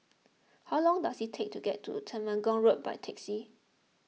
how long does it take to get to Temenggong Road by taxi